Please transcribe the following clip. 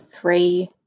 three